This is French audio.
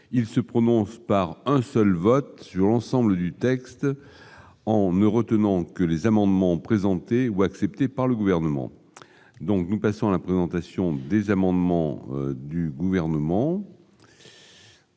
il se prononce par un seul vote sur l'ensemble du texte en ne retenant que les amendements présentés ou accepté par le gouvernement, donc nous passons à la présentation des amendements du gouvernement.